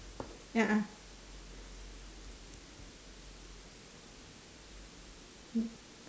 a'ah